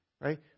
Right